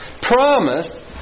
promised